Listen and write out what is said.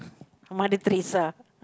Mother-Teresa